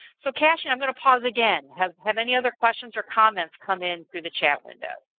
so cashin, i'm going to pause again. have have any other questions or comments come in through the chat window?